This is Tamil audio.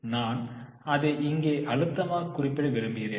நான் அதை இங்கே அழுத்தமாக குறிப்பிட விரும்புகிறேன்